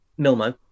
Milmo